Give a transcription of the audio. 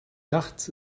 nachts